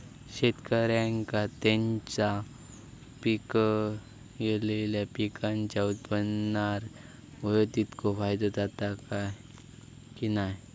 शेतकऱ्यांका त्यांचा पिकयलेल्या पीकांच्या उत्पन्नार होयो तितको फायदो जाता काय की नाय?